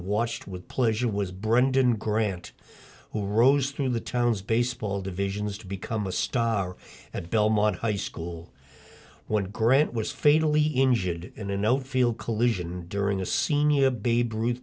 watched with pleasure was brendan grant who rose through the town's baseball divisions to become a star at belmont high school when grant was fatally injured in a no field collusion during a senior babe ruth